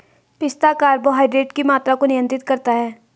पिस्ता कार्बोहाइड्रेट की मात्रा को नियंत्रित करता है